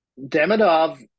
Demidov